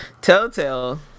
Telltale